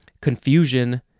confusion